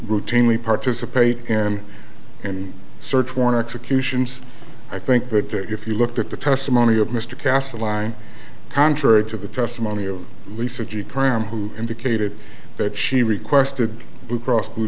routinely participate in and search warrant executions i think that if you looked at the testimony of mr castle line contrary to the testimony of lisa g cram who indicated that she requested blue cross blue